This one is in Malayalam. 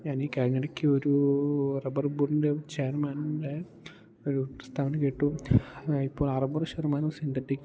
ഞാൻ ഈ കഴിഞ്ഞിടയ്ക്കൊരു റബ്ബർ ബോർഡിൻ്റെ ചെയർമാൻ്റെ ഒരു പ്രസ്ഥാവന കേട്ടു ഇപ്പോൾ അറുപതു ശതമാനം സിന്തറ്റിക്